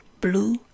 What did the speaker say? blue